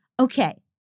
Okay